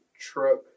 truck